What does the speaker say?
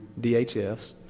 DHS